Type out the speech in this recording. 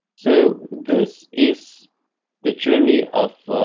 so this is the journey of